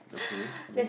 okay